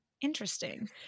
interesting